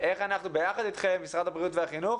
כדי להבין איך אנחנו ביחד אתכם משרד הבריאות והחינוך,